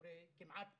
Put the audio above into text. ביקורי כמעט פתע,